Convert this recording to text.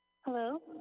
Hello